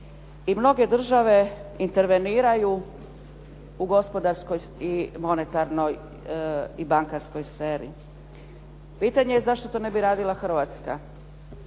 i mnoge države interveniraju u gospodarskoj i monetarnoj i bankarskoj sferi. Pitanje je zašto to ne bi radila Hrvatska